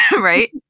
right